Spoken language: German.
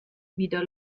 wieder